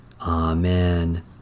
Amen